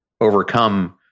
overcome